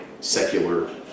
secular